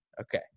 Okay